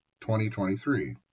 2023